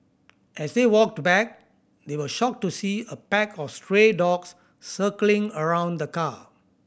as they walked back they were shocked to see a pack of stray dogs circling around the car